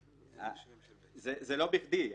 זה לא בכדי.